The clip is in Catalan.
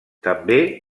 també